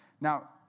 Now